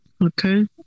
Okay